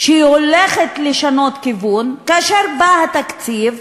שהיא הולכת לשנות כיוון, כאשר בא התקציב,